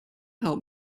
help